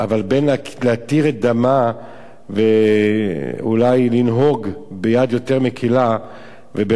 אבל בין להתיר את דמה ואולי לנהוג ביד יותר מקלה וברחמים,